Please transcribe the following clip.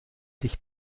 sich